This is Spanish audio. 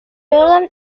jordan